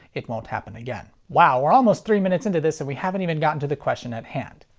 it won't happen again. wow, we're almost three minutes into this and we haven't even gotten to the question at hand.